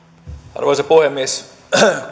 arvoisa puhemies